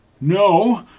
No